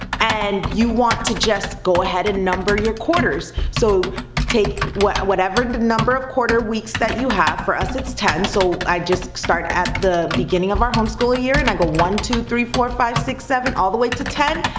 and you want to just go ahead and number your quarters, so take whatever and the number of quarter weeks that you have, for us, it's ten, so i just start at the beginning of our homeschooling year, and i go, one, two, three, four, five, six, seven, all the way to ten,